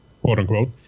quote-unquote